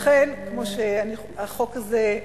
לכן, החוק הזה,